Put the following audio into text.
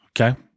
okay